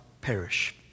perish